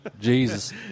Jesus